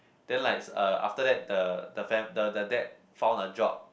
then likes uh after that the the fam~ the the dad found a job